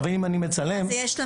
אז יש לה